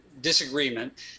disagreement